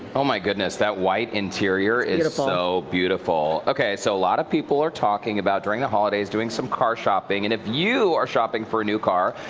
ah my goodness. that white interior is so beautiful. beautiful. so a lot of people are talking about during the holidays doing some car shopping. and if you are shopping for a new car,